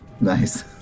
Nice